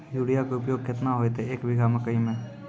Urea के उपयोग केतना होइतै, एक बीघा मकई मे?